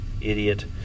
idiot